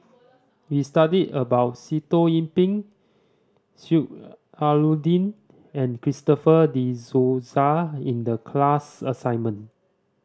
we studied about Sitoh Yih Pin Sheik Alau'ddin and Christopher De Souza in the class assignment